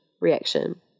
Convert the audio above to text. reaction